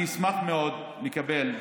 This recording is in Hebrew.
אני אשמח מאוד לקבל,